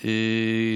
היום.